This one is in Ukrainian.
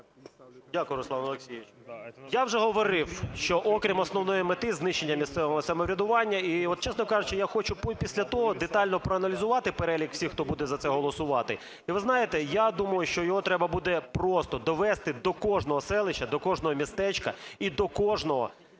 Дякую, Руслане Олексійовичу. Я вже говорив, що окрім основної мети – знищення місцевого самоврядування, і от, чесно кажучи, я хочу після того детально проаналізувати перелік всіх, хто буде за це голосувати. І ви знаєте, я думаю, що його треба буде просто довести до кожного селища, до кожного містечка і до кожного депутата